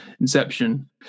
inception